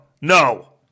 no